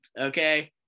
Okay